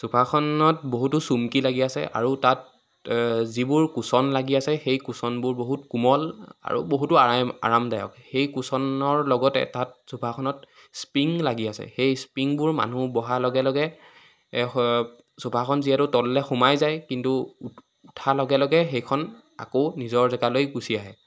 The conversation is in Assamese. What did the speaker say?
চোফাখনত বহুতো চুমকি লাগি আছে আৰু তাত যিবোৰ কুশ্বন লাগি আছে সেই কুশ্বনবোৰ বহুত কোমল আৰু বহুতো আৰেম আৰামদায়ক সেই কুশ্বনৰ লগতে তাত চোফাখনত স্প্ৰীং লাগি আছে সেই স্প্ৰীংবোৰ মানুহ বহাৰ লগে লগে চোফাখন যিহেতু তললৈ সোমাই যায় কিন্তু উঠাৰ লগে লগে সেইখন আকৌ নিজৰ জেগালৈ গুচি আহে